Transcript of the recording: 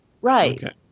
Right